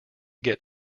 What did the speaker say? get